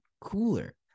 cooler